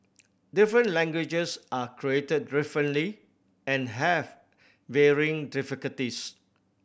different languages are created differently and have varying difficulties